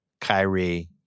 Kyrie